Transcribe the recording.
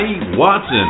Watson